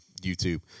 youtube